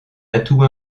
atout